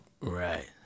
Right